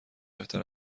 بهتر